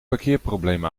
parkeerprobleem